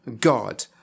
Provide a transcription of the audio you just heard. God